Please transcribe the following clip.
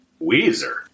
Weezer